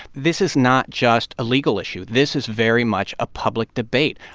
this is not just a legal issue. this is very much a public debate.